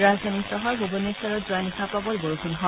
ৰাজধানী চহৰ ভূৱনেশ্বৰত যোৱা নিশা প্ৰৱল বৰষুণ হয়